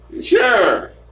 sure